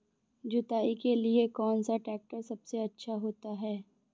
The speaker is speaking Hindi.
जुताई के लिए कौन सा ट्रैक्टर सबसे अच्छा होता है?